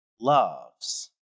loves